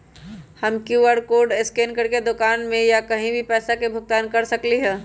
हम QR code scan करके दुकान में या कहीं भी पैसा के भुगतान कर सकली ह?